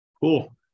Cool